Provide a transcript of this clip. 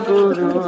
Guru